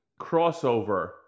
crossover